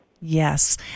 Yes